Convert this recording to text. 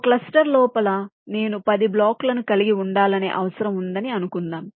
ఒక క్లస్టర్ లోపల నేను 10 బ్లాక్లను కలిగి ఉండాలనే అవసరం ఉందని అనుకుందాం